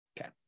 Okay